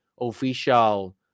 official